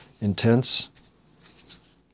intense